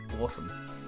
awesome